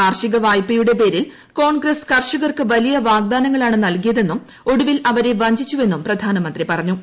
കാർഷിക വായ്പയുടെ പേരിൽ കോൺഗ്രസ്സ് കർഷകർക്ക് വലിയ വാഗ്ദാനങ്ങളാണ് നൽകിയത്തുന്നും ഒടുവിൽ അവരെ വഞ്ചിച്ചുവെന്നും പ്രധാനമ്ന്ത്രീ പ്റഞ്ഞു